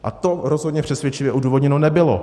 A to rozhodně přesvědčivě odůvodněno nebylo.